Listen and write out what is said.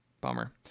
Bummer